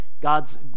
God's